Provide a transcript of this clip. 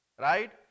Right